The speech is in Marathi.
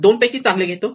दोनपैकी चांगले घेतो